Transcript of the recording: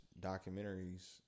documentaries